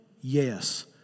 Yes